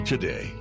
Today